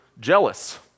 jealous